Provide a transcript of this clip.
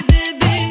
Baby